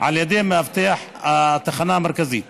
על ידי מאבטח המרכז.